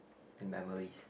in memories